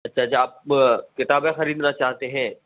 اچھا اچھا آپ کتابیں خریدنا چاہتے ہیں